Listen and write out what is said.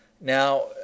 Now